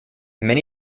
many